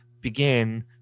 begin